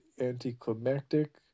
anticlimactic